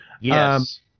Yes